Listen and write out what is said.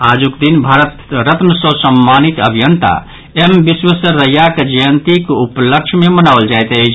आजुक दिन भारत रत्न सँ सम्मानित अभियंता एम विश्वेश्वरैयाक जयंतीक उपलक्ष्य मे मनाओल जायत अछि